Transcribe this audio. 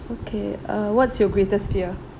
okay uh what's your greatest fear